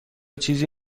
چیزی